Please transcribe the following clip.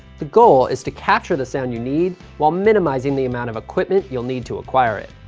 the goal is to capture the sound you need, while minimizing the amount of equipment you'll need to acquire it.